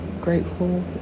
grateful